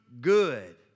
good